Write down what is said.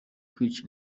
kwica